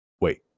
Wait